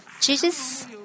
Jesus